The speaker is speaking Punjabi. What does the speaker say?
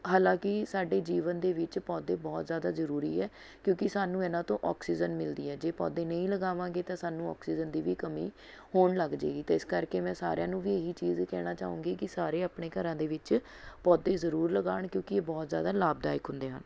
ਹਾਲਾਂਕਿ ਸਾਡੇ ਜੀਵਨ ਦੇ ਵਿੱਚ ਪੌਦੇ ਬਹੁਤ ਜ਼ਿਆਦਾ ਜ਼ਰੂਰੀ ਏ ਕਿਉਂਕਿ ਸਾਨੂੰ ਇਨ੍ਹਾਂ ਤੋਂ ਔਕਸੀਜਨ ਮਿਲਦੀ ਹੈ ਜੇ ਪੌਦੇ ਨਹੀਂ ਲਗਾਵਾਂਗੇ ਤਾਂ ਸਾਨੂੰ ਔਕਸੀਜਨ ਦੀ ਵੀ ਕਮੀ ਹੋਣ ਲੱਗ ਜੇਗੀ ਅਤੇ ਇਸ ਕਰਕੇ ਮੈਂ ਸਾਰਿਆਂ ਨੂੰ ਵੀ ਇਹ ਹੀ ਚੀਜ਼ ਕਹਿਣਾ ਚਾਹੂੰਗੀ ਕਿ ਸਾਰੇ ਆਪਣੇ ਘਰਾਂ ਦੇ ਵਿੱਚ ਪੌਦੇ ਜ਼ਰੂਰ ਲਗਾਉਣ ਕਿਉਂਕਿ ਇਹ ਬਹੁਤ ਜ਼ਿਆਦਾ ਲਾਭਦਾਇਕ ਹੁੰਦੇ ਹਨ